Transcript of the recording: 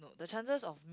the chances of